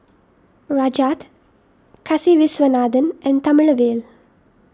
Rajat Kasiviswanathan and Thamizhavel